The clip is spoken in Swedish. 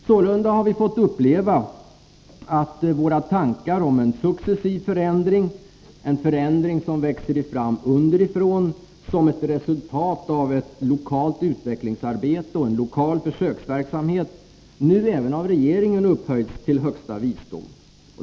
Sålunda har vi fått uppleva att våra tankar om en successiv förändring, en förändring som växer fram underifrån, som ett resultat av ett lokalt utvecklingsarbete och en lokal försöksverksamhet, nu även av regeringen upphöjts till högsta visdom.